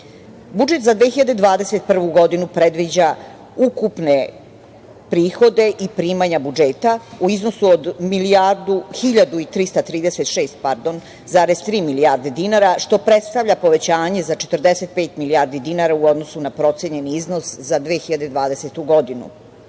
za 2021. godinu predviđa ukupne prihode i primanja budžeta u iznosu od milijardu 1.336 pardon, tri milijarde dinara, što predstavlja povećanje za 45 milijardi dinara u odnosu na procenjeni iznos za 2020.